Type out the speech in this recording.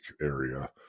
area